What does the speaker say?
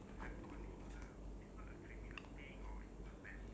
ya but it's like part of growing up also ya